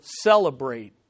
celebrate